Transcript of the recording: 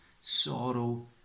sorrow